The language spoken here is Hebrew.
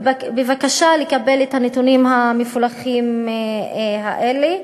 בבקשה לקבל את הנתונים המפולחים האלה.